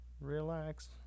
Relax